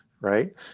right